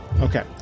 Okay